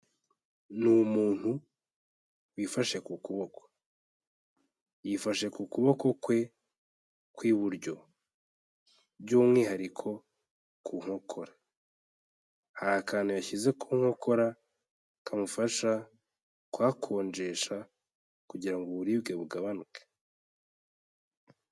Ni umuntu wifashe ku kuboko. Yifashe ku kuboko kwe kw'iburyo by'umwihariko ku nkokora. Hari akantu yashyize ku nkokora kamufasha kuhakonjesha kugira ngo uburibwe bugabanuke.